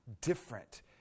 different